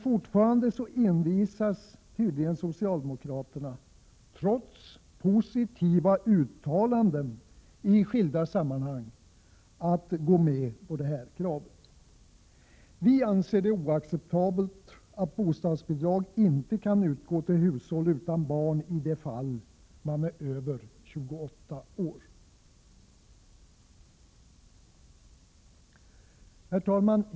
Fortfarande envisas tydligen socialdemokraterna, trots positiva uttalanden i skilda sammanhang, och vill inte gå med på kravet. Vi anser att det är oacceptabelt att bostadsbidrag inte kan utgå till hushåll utan barn i de fall då man är över 28 år. Herr talman!